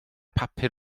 papur